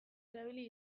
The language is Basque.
erabili